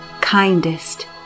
kindest